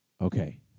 Okay